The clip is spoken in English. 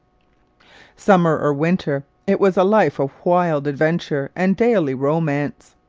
summer or winter, it was a life of wild adventure and daily romance.